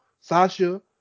Sasha